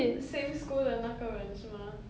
oh okay